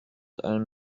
own